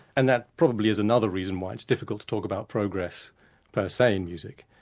and that probably is another reason why it's difficult to talk about progress per se in music,